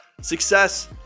success